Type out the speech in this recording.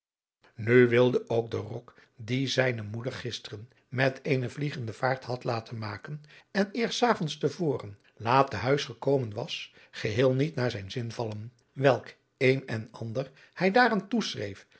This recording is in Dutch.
nu wilde ook de rok dien zijne moeder gisteren met eene vliegende vaart had laten maken en eerst s avonds te voren laat te huis gekomen was geheel niet naar zijn zin vallen welk een en ander hij daaraan